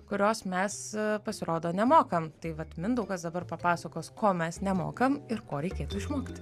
kurios mes pasirodo nemokame tai vat mindaugas dabar papasakos ko mes nemokame ir ko reikėtų išmokti